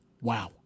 Wow